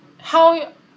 how